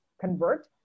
convert